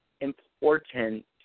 important